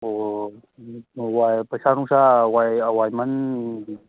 ꯑꯣ ꯄꯩꯁꯥ ꯅꯨꯡꯁꯥ ꯑꯋꯥꯏꯃꯟꯒꯤ